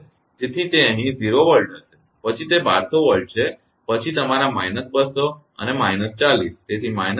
તેથી તે અહીં 0 Volt હશે પછી તે 1200 Volt છે કે પછી આ તમારા −200 અને −40 તેથી −240